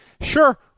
sure